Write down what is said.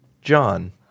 John